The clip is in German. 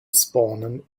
spawnen